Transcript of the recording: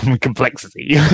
complexity